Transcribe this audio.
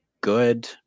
good